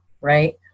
right